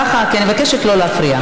ככה, כי אני מבקשת לא להפריע.